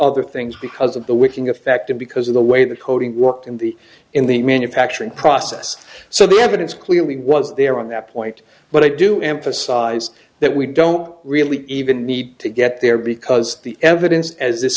other things because of the working effect and because of the way the coating worked in the in the manufacturing process so the evidence clearly was there on that point but i do emphasize that we don't really even need to get there because the evidence as this